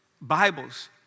Bibles